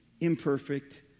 Imperfect